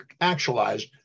actualized